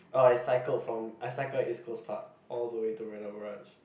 orh I cycled from I cycled at East-Coast-Park all the way to Marina-Barrage